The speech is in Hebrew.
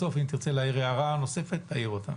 בסוף, אם תרצה להעיר הערה נוספת, תעיר אותה.